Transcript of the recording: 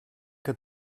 que